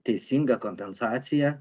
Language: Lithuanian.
teisinga kompensacija